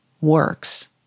works